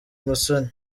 musoni